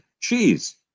cheese